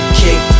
kick